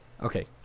Okay